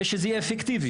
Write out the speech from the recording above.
כדי שיהיה אפקטיבי.